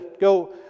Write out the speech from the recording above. go